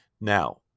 Now